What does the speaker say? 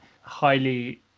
highly